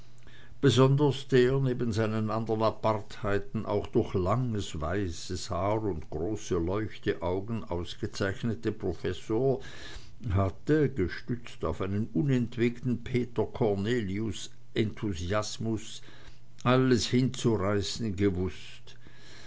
besonders der neben seinen andern apartheiten auch durch langes weißes haar und große leuchteaugen ausgezeichnete professor hatte gestützt auf einen unentwegten peter cornelius enthusiasmus alles hinzureißen gewußt